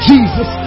Jesus